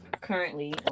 currently